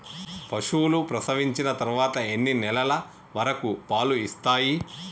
పశువులు ప్రసవించిన తర్వాత ఎన్ని నెలల వరకు పాలు ఇస్తాయి?